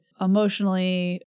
emotionally